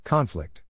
Conflict